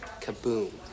Kaboom